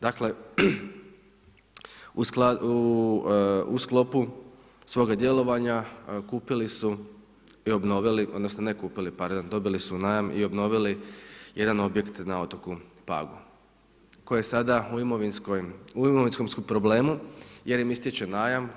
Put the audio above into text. Dakle, u sklopu svoga djelovanja kupili su i obnovili, odnosno ne kupili, pardon, dobili su u najam i obnovili jedan objekt na otoku Pagu koji je sada u imovinskoj, u imovinskom su problemu jer im ističe najam.